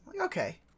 okay